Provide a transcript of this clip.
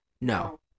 No